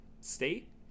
State